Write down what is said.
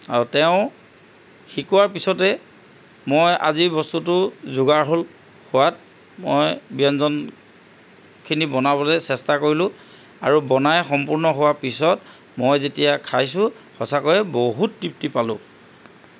আৰু তেওঁ শিকোৱাৰ পিছতে মই আজিৰ বস্তুটো যোগাৰ হ'ল হোৱাত মই ব্যঞ্জনখিনি বনাবলৈ চেষ্টা কৰিলোঁ আৰু বনাই সম্পূৰ্ণ হোৱাৰ পিছত মই যেতিয়া খাইছোঁ সঁচাকৈ বহুত তৃপ্তি পালোঁ